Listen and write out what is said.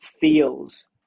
feels